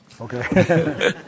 Okay